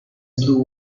blue